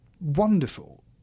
wonderful